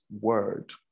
word